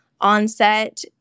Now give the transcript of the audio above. onset